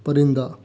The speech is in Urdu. پرندہ